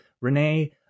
Renee